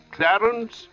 Clarence